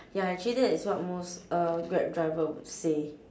ya actually that is what most uh grab driver would say